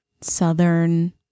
southern